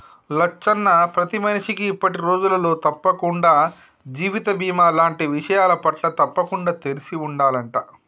లచ్చన్న ప్రతి మనిషికి ఇప్పటి రోజులలో తప్పకుండా జీవిత బీమా లాంటి విషయాలపట్ల తప్పకుండా తెలిసి ఉండాలంట